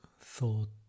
thought